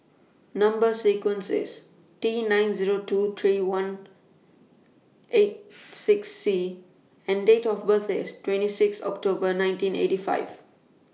Number sequence IS T nine Zero two three one eight six C and Date of birth IS twenty six October nineteen eighty five